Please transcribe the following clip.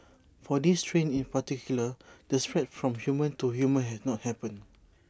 for this strain in particular the spread from human to human has not happened